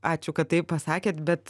ačiū kad tai pasakėt bet